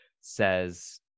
says